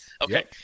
okay